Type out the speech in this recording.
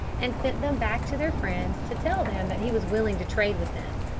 and sent them back to their friends to tell them that he was willing to trade with them.